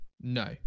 No